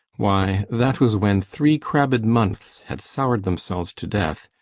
why, that was when three crabbed months had sour'd themselves to death,